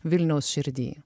vilniaus širdy